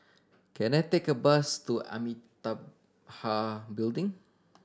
can I take a bus to Amitabha Building